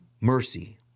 mercy